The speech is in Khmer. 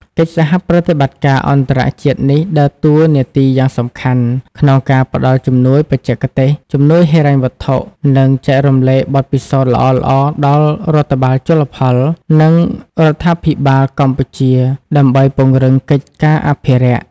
កិច្ចសហប្រតិបត្តិការអន្តរជាតិនេះដើរតួនាទីយ៉ាងសំខាន់ក្នុងការផ្តល់ជំនួយបច្ចេកទេស ជំនួយហិរញ្ញវត្ថុ និងចែករំលែកបទពិសោធន៍ល្អៗដល់រដ្ឋបាលជលផល និងរដ្ឋាភិបាលកម្ពុជាដើម្បីពង្រឹងកិច្ចការអភិរក្ស។